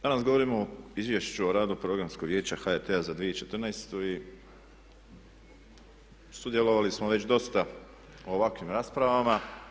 Danas govorimo o Izvješću o radu Programskog vijeća HRT-a za 2014. i sudjelovali smo već dosta u ovakvim raspravama.